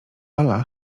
ala